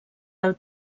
del